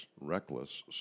reckless